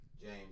James